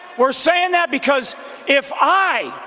we're saying that because if i,